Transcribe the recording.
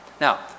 Now